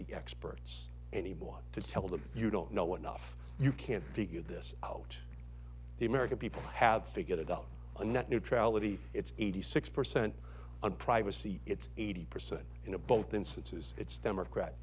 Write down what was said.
the experts anymore to tell them you don't know what enough you can't figure this out the american people have figured it out on net neutrality it's eighty six percent on privacy it's eighty percent in a both instances it's democrat